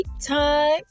Time